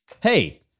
Hey